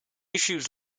issues